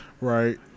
Right